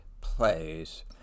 plays